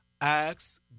Acts